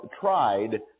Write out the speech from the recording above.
tried